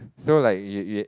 so like you you